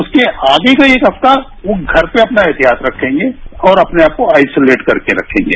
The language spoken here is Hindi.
उसके आगे का हफ्ता वो घर पर अपना एहतियात रखेंगे और अपने आपको आईसुलेट करके रखेंगे